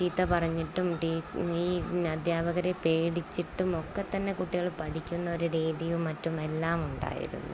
ചീത്ത പറഞ്ഞിട്ടും ഈ അധ്യാപകരെ പേടിച്ചിട്ടും ഒക്കെത്തന്നെ കുട്ടികള് പ ഠിക്കുന്ന ഒരു രീതിയും മറ്റുമെല്ലാം ഉണ്ടായിരുന്നു